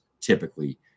typically